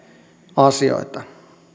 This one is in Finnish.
asioita